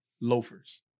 Loafers